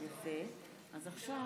תמה